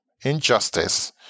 injustice